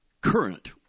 current